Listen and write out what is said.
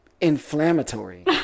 inflammatory